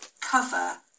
cover